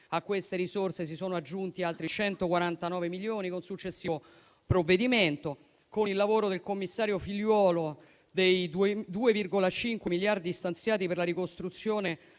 A queste risorse si sono aggiunti altri 149 milioni con successivo provvedimento. Con il lavoro del commissario Figliuolo, dei 2,5 miliardi stanziati per la ricostruzione